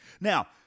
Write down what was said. Now